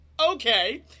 Okay